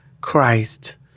Christ